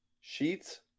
Sheets